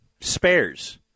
spares